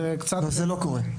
זה לא קורה.